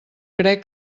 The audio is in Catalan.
crec